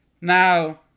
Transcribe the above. now